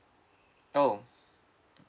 oh